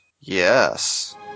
yes